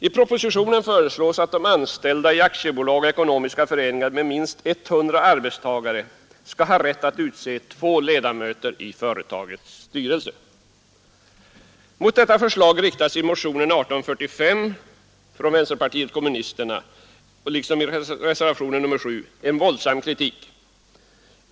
I propositionen föreslås att de anställda i aktiebolag och ekonomiska föreningar med minst 100 arbetstagare skall ha rätt att utse två ledamöter i företagets styrelse. Mot detta förslag riktas i motionen 1845 från vänsterpartiet kommunisterna, liksom i reservationen 7, en våldsam kritik.